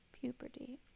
puberty